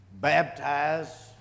baptize